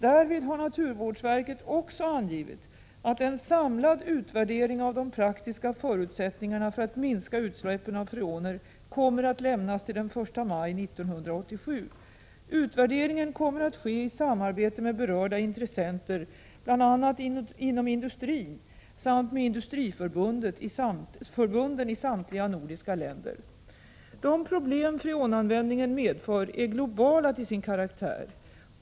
Därvid har naturvårdsverket också angivit att en samlad utvärdering av de praktiska förutsättningarna för att minska utsläppen av freoner kommer att lämnas till den 1 maj 1987. Utvärderingen kommer att ske i samarbete med berörda intressenter bl.a. inom industrin samt med industriförbunden i samtliga nordiska länder. De problem freonanvändningen medför är globala till sin karaktär.